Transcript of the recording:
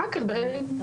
ואחר כך,